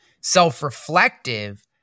Self-reflective